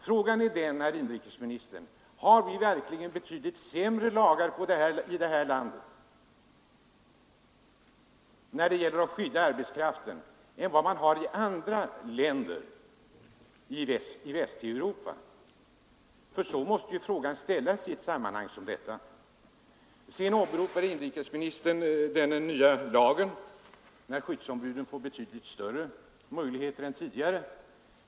Frågan är, herr inrikesminister: Har vi verkligen betydligt sämre lagar i det här landet när det gäller att skydda arbetskraften än vad man har i andra länder i Västeuropa? Så måste ju frågan ställas i ett sammanhang som detta. Sedan åberopar inrikesministern den nya lagen enligt vilken skyddsombuden får betydligt större möjligheter än tidigare.